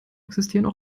existieren